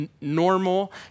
normal